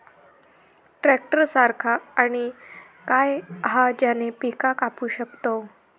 Tractor सारखा आणि काय हा ज्याने पीका कापू शकताव?